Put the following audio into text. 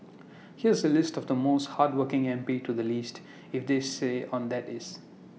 here's A list of the most hardworking M P to the least if they stay on that is